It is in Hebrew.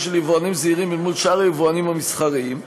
של יבואנים זעירים אל מול שאר היבואנים המסחריים,